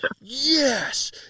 yes